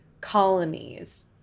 colonies